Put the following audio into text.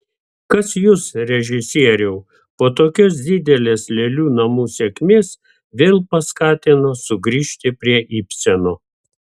kas jus režisieriau po tokios didelės lėlių namų sėkmės vėl paskatino sugrįžti prie ibseno